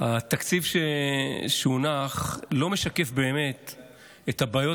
התקציב שהונח לא משקף באמת את הבעיות